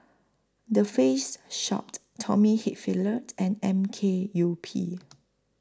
The Face Shop Tommy Hilfiger and M K U P